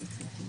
נכון.